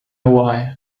hawaii